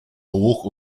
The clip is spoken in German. hoch